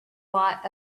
lot